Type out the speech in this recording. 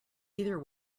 either